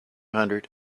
hundred